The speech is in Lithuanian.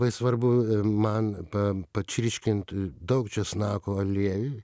bai svarbu man pa pačirškint daug česnako aliejuj